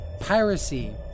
piracy